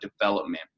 development